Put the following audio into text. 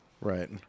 Right